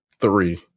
three